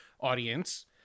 audience